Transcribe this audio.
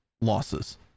losses